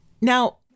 now